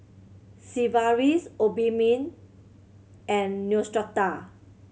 Sigvaris Obimin and Neostrata